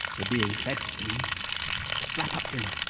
we're being fed soon. a slap-up dinner.